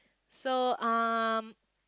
so um